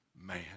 man